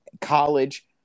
college